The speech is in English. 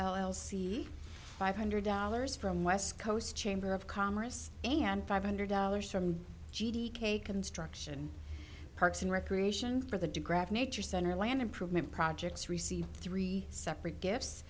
l l c five hundred dollars from west coast chamber of commerce and five hundred dollars from g d k construction parks and recreation for the digraph nature center land improvement projects receive three separate gifts